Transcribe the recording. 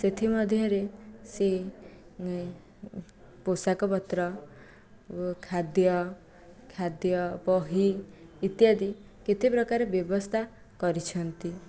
ସେଥିମଧ୍ୟରେ ସେ ପୋଷାକ ପତ୍ର ଓ ଖାଦ୍ୟ ଖାଦ୍ୟ ବହି ଇତ୍ୟାଦି କେତେ ପ୍ରକାର ବ୍ୟବସ୍ଥା କରିଛନ୍ତି